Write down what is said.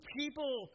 people